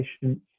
patients